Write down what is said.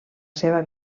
seva